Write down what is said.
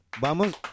Vamos